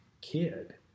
kid